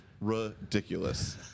ridiculous